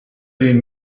den